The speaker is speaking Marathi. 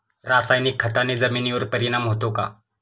रासायनिक खताने जमिनीवर परिणाम होतो का?